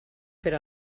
per